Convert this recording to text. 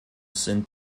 sind